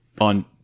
on